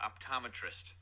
optometrist